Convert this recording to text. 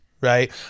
right